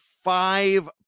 Five